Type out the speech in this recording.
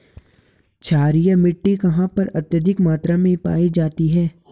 क्षारीय मिट्टी कहां पर अत्यधिक मात्रा में पाई जाती है?